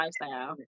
lifestyle